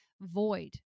void